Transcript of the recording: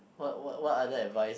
what what what other advice